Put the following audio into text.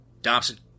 Dobson